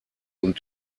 und